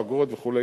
אגרות וכו',